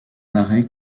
arrêt